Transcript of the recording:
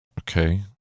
Okay